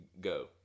go